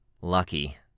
Lucky